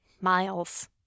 miles